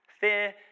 Fear